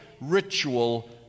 ritual